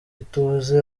ituze